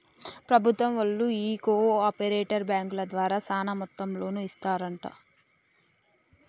ప్రభుత్వం బళ్ళు ఈ కో ఆపరేటివ్ బాంకుల ద్వారా సాన మొత్తంలో లోన్లు ఇస్తరంట